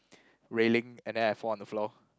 railing and then I fall on the floor